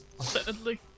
sadly